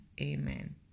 amen